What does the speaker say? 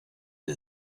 der